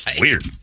weird